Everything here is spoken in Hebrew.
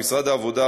משרד העבודה,